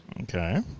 Okay